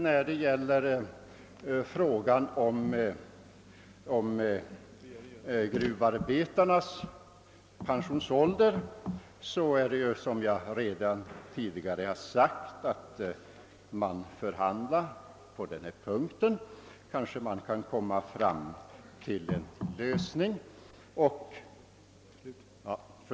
Vad beträffar frågan om gruvarbetarnas pensionsålder är det som jag tidigare sagt så, att man förhandlar på den punkten. Man kanske kan komma fram till en lösning den vägen.